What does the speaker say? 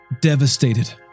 devastated